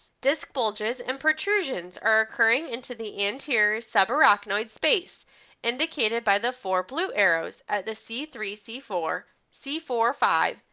disc bulges and protrusions are occurring into the anterior subarachnoid space indicated by the four blue arrows at the c three, c four, c four five,